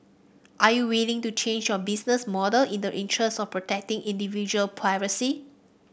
are you willing to change your business model in the interest of protecting individual privacy